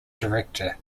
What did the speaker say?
director